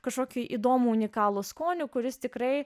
kažkokį įdomų unikalų skonį kuris tikrai